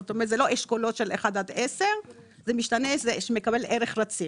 זאת אומרת זה לא אשכולות של 1 עד 10. זה מקבל ערך רציף.